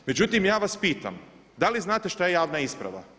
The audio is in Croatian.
Međutim, ja vas pitam da li znate što je javna isprava?